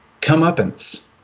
comeuppance